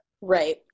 Right